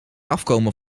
afkomen